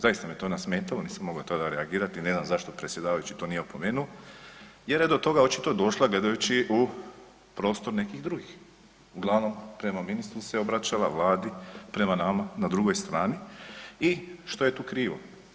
Zaista me to zasmetalo, nisam mogao tada reagirati, ne znam zašto predsjedavajući to nije opomenuo jer je do toga očito došla gledajući u prostor nekih drugih uglavnom prema ministru se obraćala, Vladi, prema nama na drugoj strani i što je tu krivo?